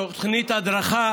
תוכנית הדרכה